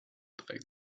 trägt